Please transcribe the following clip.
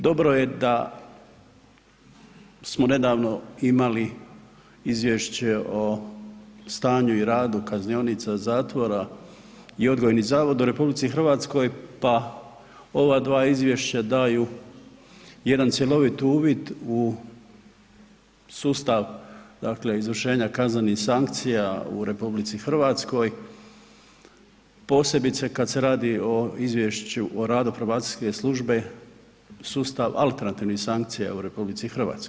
Dobro je da smo nedavno imali Izvješće o stanju i radu kaznionica, zatvora i odgojnih zavoda u RH, pa ova dva izvješća daju jedan cjelovit uvid u sustav dakle izvršenja kaznenih sankcija u RH, posebice kad se radi o izvješću probacijske službe sustav alternativnih sankcija u RH.